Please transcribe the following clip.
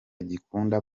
kikunda